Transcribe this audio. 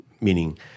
meaning